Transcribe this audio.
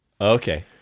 Okay